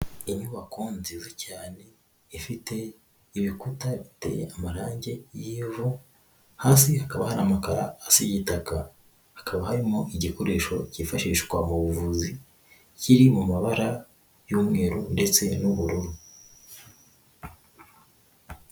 Inyubako nziza cyane, ifite ibikuta, biteye amarangi y'ivu, hasi hakaba hari amakaro asa igitaka, hakaba harimo igikoresho cyifashishwa mu buvuzi, kiri mu mabara y'umweru, ndetse n'ubururu.